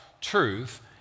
truth